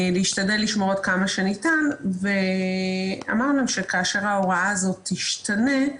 להשתדל לשמור אותם עד כמה שניתן ואמרנו להם שכאשר ההוראה הזו תשתנה,